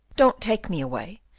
don't take me away!